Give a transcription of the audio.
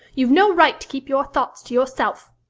you've no right to keep your thoughts to yourself